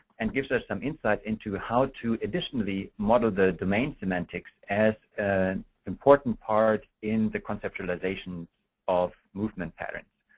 and gives us some insight, into how to additionally model the domain semantics as an important part in the conceptualization of movement patterns.